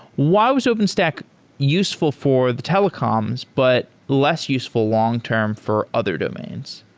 why was openstack useful for the telecoms but less useful long-term for other domains?